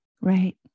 Right